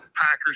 Packers